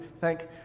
Thank